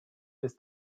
des